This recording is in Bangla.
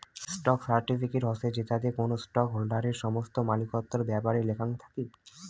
স্টক সার্টিফিকেট হসে জেতাতে কোনো স্টক হোল্ডারের সমস্ত মালিকত্বর ব্যাপারে লেখাং থাকি